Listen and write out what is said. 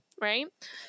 right